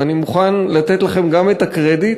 ואני מוכן לתת לכם גם את הקרדיט,